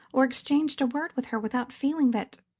or exchanged a word with her, without feeling that,